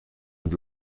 und